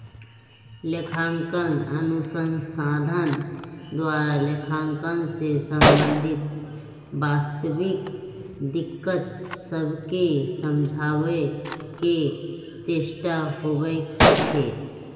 लेखांकन अनुसंधान द्वारा लेखांकन से संबंधित वास्तविक दिक्कत सभके समझाबे के चेष्टा होइ छइ